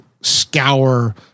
scour